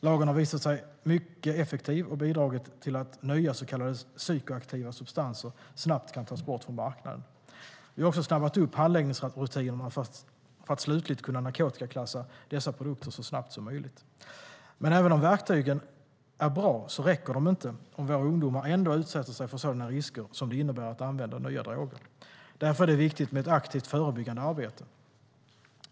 Lagen har visat sig mycket effektiv och har bidragit till att nya så kallade psykoaktiva substanser snabbt kan tas bort från marknaden. Vi har också snabbat upp handläggningsrutinerna för att slutligt kunna narkotikaklassa dessa produkter så snabbt som möjligt. Men även om verktygen är bra räcker de inte om våra ungdomar ändå utsätter sig för sådana risker som det innebär att använda nya droger. Därför är det viktigt med ett aktivt förebyggande arbete.